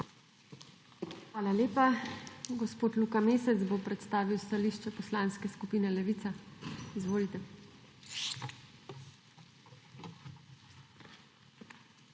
Hvala lepa. Gospod Luka Mesec bo prestavil stališče Poslanske skupine Levica. Izvolite.